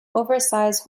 oversize